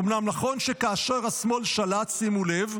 אומנם נכון שכאשר השמאל שלט" שימו לב,